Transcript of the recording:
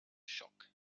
shock